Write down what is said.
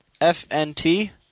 F-N-T